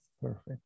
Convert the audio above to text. Perfect